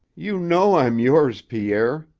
you know i'm yours, pierre,